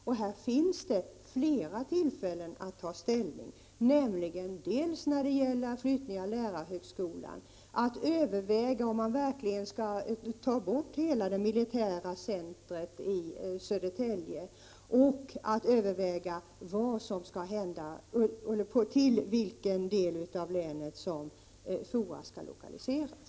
Och här finns det flera tillfällen att ta ställning, nämligen dels när det gäller att flytta lärarhögskolan, dels när det gäller att överväga om man verkligen skall ta bort hela det militära centret i Södertälje, dels när det gäller att överväga till vilken del av länet som FOA skall lokaliseras.